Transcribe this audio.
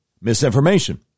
misinformation